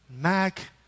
Mac